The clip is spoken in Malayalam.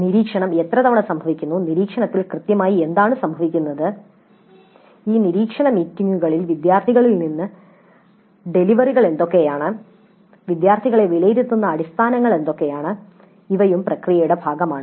നിരീക്ഷണം എത്ര തവണ സംഭവിക്കുന്നു നിരീക്ഷണത്തിൽ കൃത്യമായി എന്താണ് സംഭവിക്കുന്നത് ഈ നിരീക്ഷണ മീറ്റിംഗുകളിൽ വിദ്യാർത്ഥികളിൽ നിന്ന് ഡെലിവറികൾ എന്തൊക്കെയാണ് വിദ്യാർത്ഥികളെ വിലയിരുത്തുന്ന അടിസ്ഥാനങ്ങൾ എന്തൊക്കെയാണ് ഇവയും പ്രക്രിയയുടെ ഭാഗമാണ്